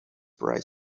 price